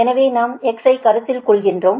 எனவே நாம் x ஐ கருத்தில் கொள்கிறோம்